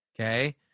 okay